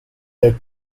their